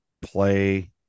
play –